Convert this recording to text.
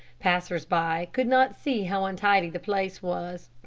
passers-by could not see how untidy the place was.